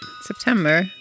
September